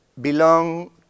belong